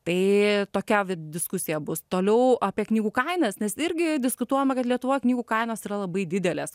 tai tokia diskusija bus toliau apie knygų kainas nes irgi diskutuojama kad lietuvoj knygų kainos yra labai didelės